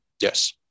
yes